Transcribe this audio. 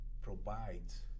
provides